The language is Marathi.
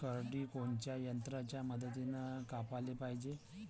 करडी कोनच्या यंत्राच्या मदतीनं कापाले पायजे?